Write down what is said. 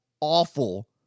awful